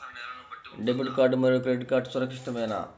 Debit card మరియు credit card సురక్షితమేనా?